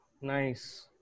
nice